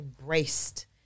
embraced